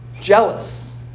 jealous